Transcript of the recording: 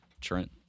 Trent